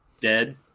dead